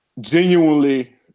genuinely